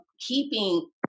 keeping